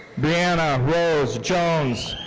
brianna rose jones.